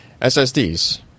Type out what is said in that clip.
SSDs